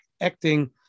acting